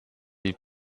die